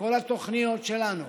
שכל התוכניות שלנו